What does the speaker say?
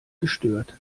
gestört